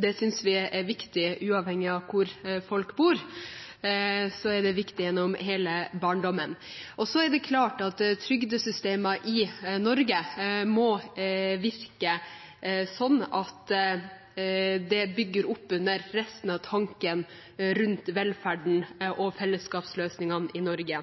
Det synes vi er viktig gjennom hele barndommen, uavhengig av hvor folk bor. Så er det klart at trygdesystemene i Norge må virke sånn at det bygger opp under resten av tanken rundt velferden og fellesskapsløsningene i Norge.